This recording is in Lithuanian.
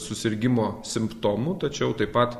susirgimo simptomų tačiau taip pat